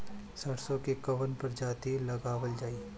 सरसो की कवन प्रजाति लगावल जाई?